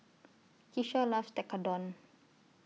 Kisha loves Tekkadon